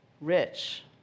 rich